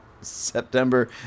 September